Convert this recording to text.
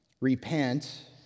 repent